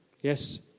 Yes